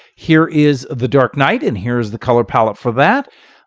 here is the dark knight, and here's the color palette for that.